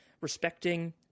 respecting